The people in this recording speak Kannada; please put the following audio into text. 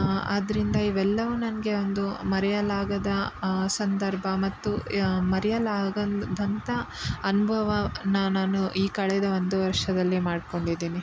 ಆದ್ದರಿಂದ ಇವೆಲ್ಲವೂ ನನಗೆ ಒಂದು ಮರೆಯಲಾಗದ ಸಂದರ್ಭ ಮತ್ತು ಮರೆಯಲಾಗದಂಥ ಅನುಭವನ ನಾನು ಈ ಕಳೆದ ಒಂದು ವರ್ಷದಲ್ಲಿ ಮಾಡಿಕೊಂಡಿದ್ದೀನಿ